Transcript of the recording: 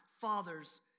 father's